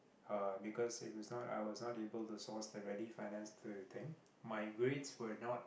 uh because it was not I was not able source the rally finance the thing my grades were not